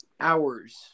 hours